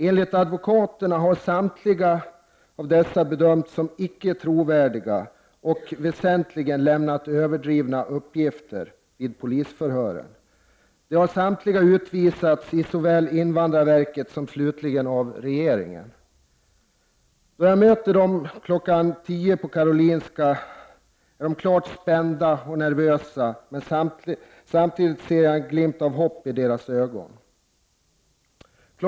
Enligt advokaterna har samtliga bedömts ”som icke trovärdiga” och ”väsentligen lämnat överdrivna uppgifter” vid polisförhören. De har samtliga utvisats av såväl invandrarverket som slutligen av regeringen. ——— Då jag möter dem kl. 10.00 på Karolinska är de ——— klart spända och nervösa men samtidigt ser jag en glimt av hopp i deras ögon. Kl.